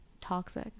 toxic